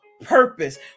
purpose